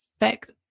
effect